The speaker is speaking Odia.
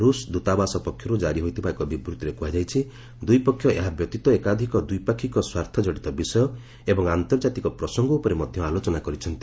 ରୁଷ୍ ଦୂତାବାସ ପକ୍ଷରୁ କାରି ହୋଇଥିବା ଏକ ବିବୃତ୍ତିରେ କୁହାଯାଇଛି ଦୁଇ ପକ୍ଷ ଏହା ବ୍ୟତୀତ ଏକାଧିକ ଦ୍ୱିପାକ୍ଷିକ ସ୍ୱାର୍ଥଜଡ଼ିତ ବିଷୟ ଏବଂ ଆନ୍ତର୍କାତିକ ପ୍ରସଙ୍ଗ ଉପରେ ମଧ୍ୟ ଆଲୋଚନା କରିଛନ୍ତି